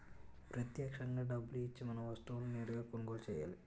ప్రత్యక్షంగా డబ్బులు ఇచ్చి మనం వస్తువులను నేరుగా కొనుగోలు చేయాలి